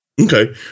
Okay